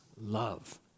love